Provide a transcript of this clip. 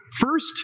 First